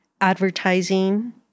advertising